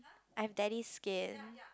I have daddy's skin